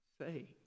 say